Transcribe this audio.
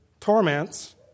Torments